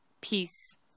peace